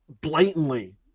blatantly